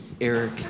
Eric